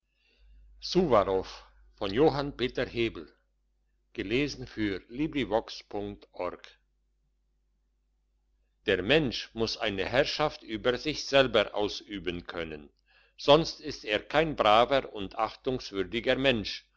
suwarow der mensch muss eine herrschaft über sich selber ausüben können sonst ist er kein braver und achtungswürdiger mensch